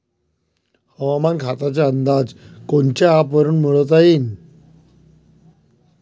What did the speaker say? हवामान खात्याचा अंदाज कोनच्या ॲपवरुन मिळवता येईन?